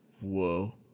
whoa